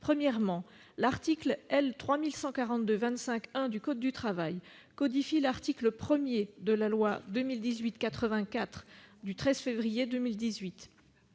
Premièrement, l'article L. 3142-25-1 du code du travail codifie l'article 1 de la loi du 13 février 2018